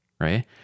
Right